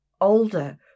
older